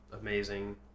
amazing